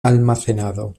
almacenado